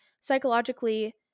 Psychologically